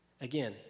Again